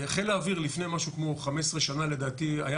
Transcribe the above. חיל האוויר לפני משהו כמו 15 שנה לדעתי היה